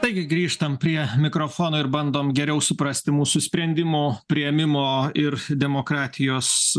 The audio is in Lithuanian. taigi grįžtam prie mikrofono ir bandom geriau suprasti mūsų sprendimų priėmimo ir demokratijos